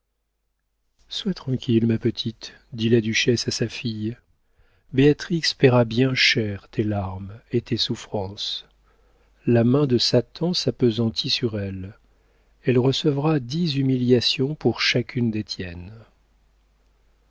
sois tranquille ma petite dit la duchesse à sa fille béatrix paiera bien cher tes larmes et tes souffrances la main de satan s'appesantit sur elle elle recevra dix humiliations pour chacune des tiennes